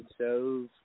shows